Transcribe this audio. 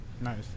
nice